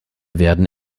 werden